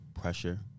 pressure